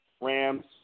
Rams